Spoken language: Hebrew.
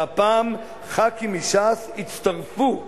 והפעם חברי כנסת מש"ס הצטרפו,